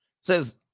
says